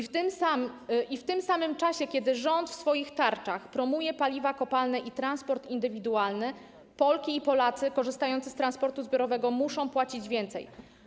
W tym samym czasie, kiedy rząd w swoich tarczach promuje paliwa kopalne i transport indywidualny, Polki i Polacy korzystający z transportu zbiorowego muszą płacić więcej.